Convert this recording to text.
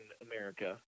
America